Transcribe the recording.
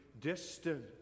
distant